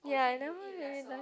ya I never really like